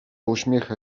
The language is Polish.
uśmiecha